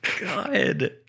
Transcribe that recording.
god